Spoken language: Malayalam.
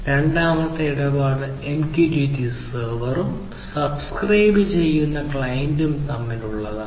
രണ്ടാമത്തെ ഇടപാട് MQTT സെർവറും സബ്സ്ക്രൈബ് ചെയ്യുന്ന ക്ലയന്റും തമ്മിലുള്ളതാണ്